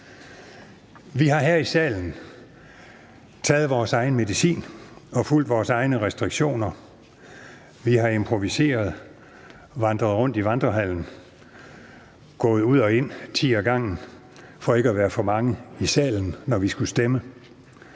Vi har her i salen taget vores egen medicin og fulgt vores egne restriktioner. Vi har improviseret, vandret rundt i Vandrehallen og er gået ud og ind ti ad gangen for ikke at være for mange i salen, når vi skulle stemme.